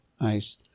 Nice